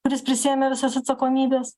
kuris prisiėmė visas atsakomybes